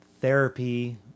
therapy